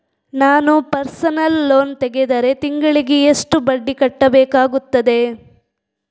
ನಾನು personal loan ತೆಗೆದರೆ ತಿಂಗಳಿಗೆ ಎಷ್ಟು ಬಡ್ಡಿ ಕಟ್ಟಬೇಕಾಗುತ್ತದೆ?